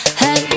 hey